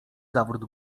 zawrót